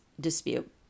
dispute